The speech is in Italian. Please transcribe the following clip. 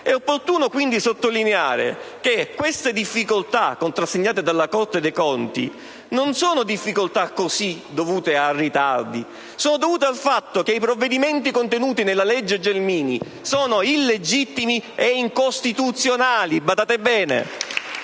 È opportuno quindi sottolineare che queste difficoltà, contrassegnate dalla Corte dei conti non sono semplicemente dovute a ritardi, ma al fatto che i provvedimenti contenuti nella legge Gelmini sono illegittimi e incostituzionali. *(Applausi